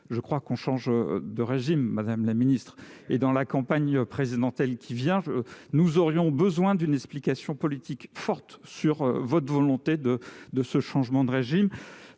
je crois qu'on change de régime, madame la ministre, et dans la campagne présidentielle qui vient, nous aurions besoin d'une explication politique forte sur votre volonté de de ce changement de régime